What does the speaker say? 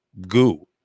goo